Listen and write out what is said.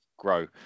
grow